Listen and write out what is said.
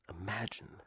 Imagine